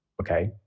Okay